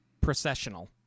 Processional